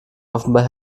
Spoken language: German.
offenbar